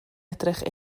edrych